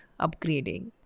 upgrading